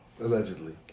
Allegedly